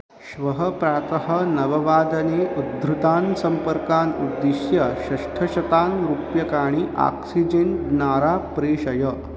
श्वः प्रातः नववादने उद्धृतान् सम्पर्कान् उद्दिश्य षष्ठशतान् रूप्यकाणि आक्सिजेन् द्वारा प्रेषय